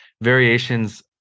variations